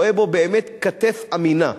רואים בו באמת כתף אמינה.